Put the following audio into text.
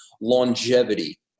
longevity